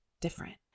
different